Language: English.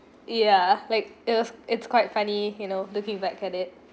ya like it was it's quite funny you know looking back at it